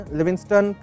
Livingston